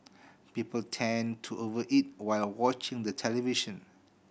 people tend to over eat while watching the television